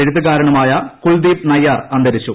എഴുത്തുകാരനുമായ കുൽദീപ് നയ്യാർ അന്തരിച്ചു